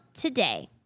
today